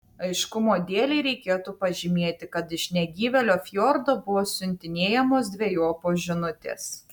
aiškumo dėlei reikėtų pažymėti kad iš negyvėlio fjordo buvo siuntinėjamos dvejopos žinutės